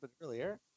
earlier